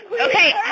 Okay